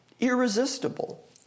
irresistible